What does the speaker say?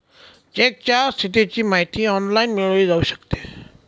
चेकच्या स्थितीची माहिती ऑनलाइन मिळवली जाऊ शकते